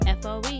foe